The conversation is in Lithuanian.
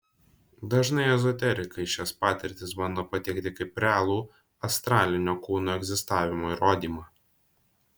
dažnai ezoterikai šias patirtis bando pateikti kaip realų astralinio kūno egzistavimo įrodymą